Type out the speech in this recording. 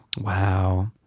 Wow